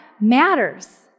matters